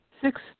Six